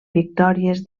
victòries